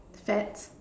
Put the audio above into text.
fats